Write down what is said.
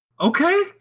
Okay